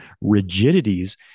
rigidities